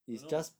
don't know